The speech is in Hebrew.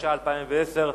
התש"ע 2010,